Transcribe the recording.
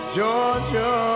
Georgia